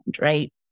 Right